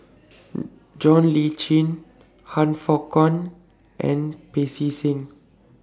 John Le Cain Han Fook Kwang and Pancy Seng